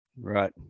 right